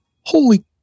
holy